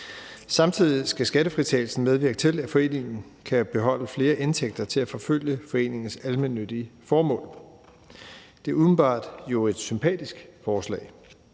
Samtidig skal skattefritagelsen medvirke til, at foreningen kan beholde flere indtægter til at forfølge foreningens almennyttige formål. Det er jo umiddelbart et sympatisk forslag.